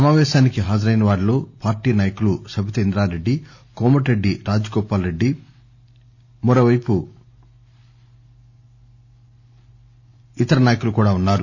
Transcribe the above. సమావేశానికి హాజరైన వారిలో పార్టీ నాయకులు సబితా ఇంద్రారెడ్డి కోమటిరెడ్డి రాజగోపాల్ రెడ్డి తదితరులు ఉన్నారు